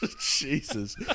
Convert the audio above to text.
Jesus